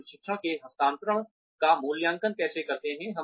हम प्रशिक्षण के हस्तांतरण का मूल्यांकन कैसे करते हैं